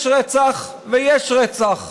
יש רצח ויש רצח: